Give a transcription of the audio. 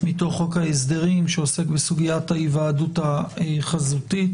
מתוך חוק ההסדרים שעוסק בסוגית ההיוועדות החזותית.